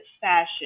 fashion